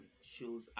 shows